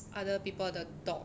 other people the dog